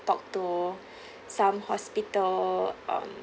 talk to some hospital um